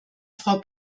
frau